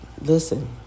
Listen